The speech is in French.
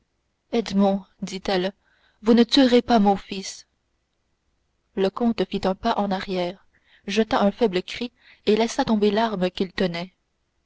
dit-elle vous ne tuerez pas mon fils le comte fit un pas en arrière jeta un faible cri et laissa tomber l'arme qu'il tenait